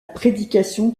prédication